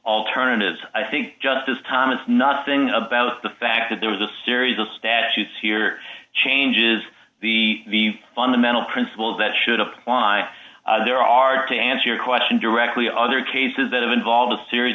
alternatives i think justice thomas not saying about the fact that there was a series of statutes here changes the fundamental principles that should apply there are to answer your question directly other cases that have involved a series